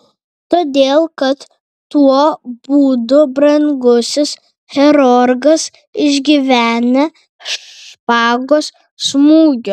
todėl kad tuo būdu brangusis hercogas išvengia špagos smūgio